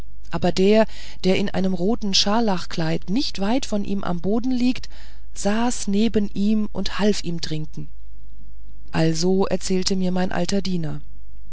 aber der der in einem roten scharlachkleid nicht weit von ihm am boden liegt saß neben ihm und half ihm trinken also erzählte mir mein alter diener